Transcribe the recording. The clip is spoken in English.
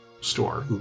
store